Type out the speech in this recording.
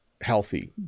healthy